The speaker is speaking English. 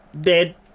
Dead